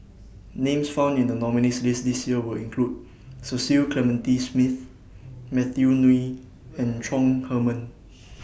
Names found in The nominees' list This Year Will include Cecil Clementi Smith Matthew Ngui and Chong Heman